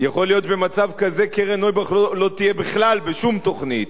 יכול להיות שבמצב כזה קרן נויבך לא תהיה בכלל בשום תוכנית.